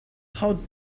how